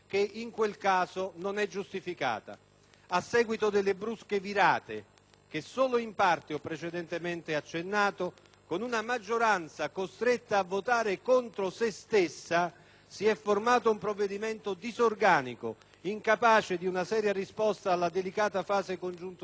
A seguito delle brusche virate, che solo in parte ho precedentemente accennato, con una maggioranza costretta a votare contro se stessa, si è formato un provvedimento disorganico, incapace di una seria risposta alla delicata fase congiunturale, del tutto insoddisfacente,